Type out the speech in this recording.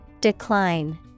Decline